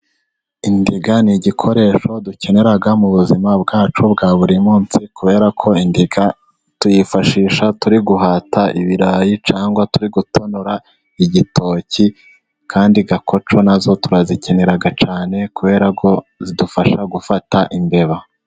i Indiga ni igikoresho dukenera mu buzima bwacu bwa buri munsi, kubera kubera ko indiga tuyifashisha turi guhata ibirayi, cyangwa turi gutonora igitoki. Kandi gakoco nazo turazikenera cyane, kubera ko zidufasha gufata imbeba.